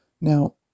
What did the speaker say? Now